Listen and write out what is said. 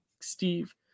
Steve